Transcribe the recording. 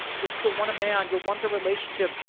you'll still want a man, you'll want the relationship,